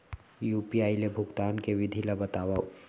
UPI ले भुगतान के विधि ला बतावव